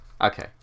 Okay